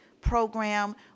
program